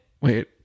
wait